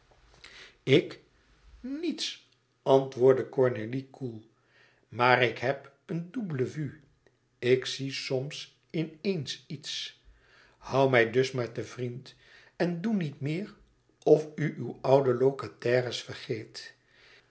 ik niets antwoordde cornélie koel maar ik heb een double vue ik zie soms in eens iets hoû mij dus maar te vriend en doe niet meer of u uw oude locataires vergeet